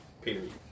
Period